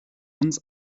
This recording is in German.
uns